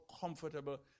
comfortable